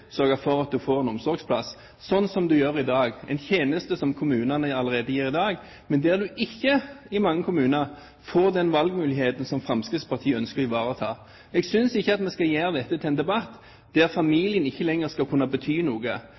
sørge for at man får en omsorgsplass, sånn som man gjør i dag. Det er en tjeneste kommunene gir allerede i dag, men i mange kommuner får man ikke den valgmuligheten som Fremskrittspartiet ønsker å ivareta. Jeg synes ikke man skal gjøre dette til en debatt der familien ikke lenger skal kunne bety noe,